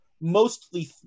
mostly